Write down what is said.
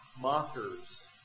mockers